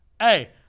hey